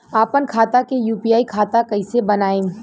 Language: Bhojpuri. आपन खाता के यू.पी.आई खाता कईसे बनाएम?